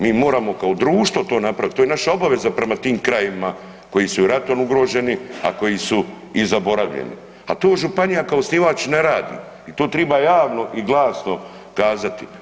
Mi moramo kao društvo to napraviti, to je naša obaveza prema tim krajevima koji su i ratom ugroženi, a koji su i zaboravljeni, a to županija kao osnivač ne radi i tu triba javno i glasno kazati.